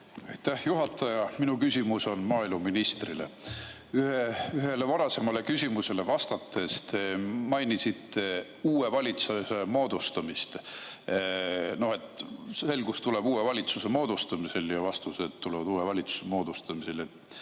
juhataja! Minu küsimus on maaeluministrile. Ühele varasemale küsimusele vastates te mainisite uue valitsuse moodustamist, et selgus tuleb uue valitsuse moodustamisel ja vastused tulevad uue valitsuse moodustamisel.